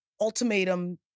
Ultimatum